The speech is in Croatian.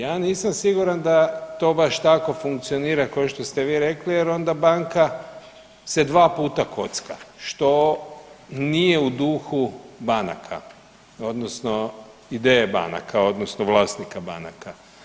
Ja nisam siguran da to baš tako funkcionira kao što ste vi rekli, jer onda banka se dva puta kocka što nije u duhu banaka, odnosno ideje banaka, odnosno vlasnika banaka.